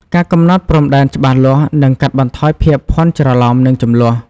ការកំណត់ព្រំដែនច្បាស់លាស់នឹងកាត់បន្ថយភាពភ័ន្តច្រឡំ និងជម្លោះ។